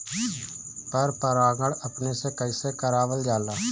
पर परागण अपने से कइसे करावल जाला?